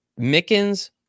Mickens